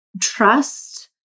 trust